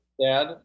dad